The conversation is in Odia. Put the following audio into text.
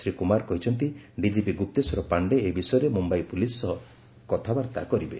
ଶ୍ରୀ କୁମାର କହିଛନ୍ତି ଡିଜିପି ଗୁପ୍ତେଶ୍ୱର ପାଶ୍ଡେ ଏ ବିଷୟରେ ମୁମ୍ୟାଇ ପୋଲିସ୍ ସହ କଥାବାର୍ତ୍ତା କରିବେ